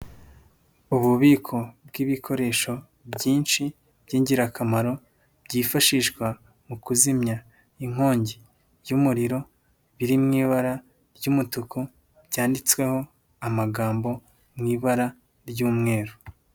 Ububiko bw'ibikoresho byinshi byingirakamaro, byifashishwa mu kuzimya inkongi y'umuriro, biri mu ibara ry'umutuku, byanditsweho amagambo mu ibara ry'umweru.